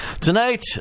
Tonight